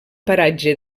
paratge